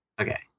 okay